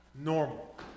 normal